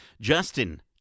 Justin